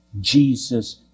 Jesus